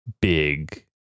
big